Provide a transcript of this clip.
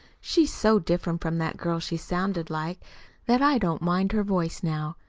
she's so different from that girl she sounded like that i don't mind her voice now.